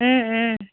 ও ও